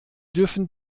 dürfen